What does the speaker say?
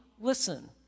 Listen